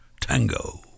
tango